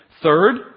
Third